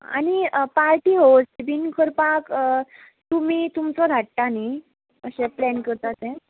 आनी party host बीन करपाक तुमी तुमचो धाडटा न्ही अशें प्लेन करता तें